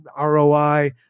ROI